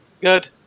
Good